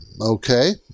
Okay